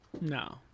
No